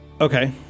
Okay